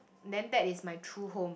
then that is my true home